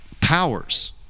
powers